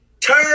turn